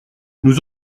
nous